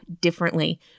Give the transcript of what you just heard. differently